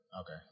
Okay